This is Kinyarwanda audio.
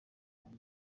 young